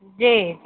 जी जी